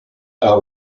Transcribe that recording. her